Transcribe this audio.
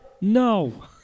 No